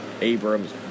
Abrams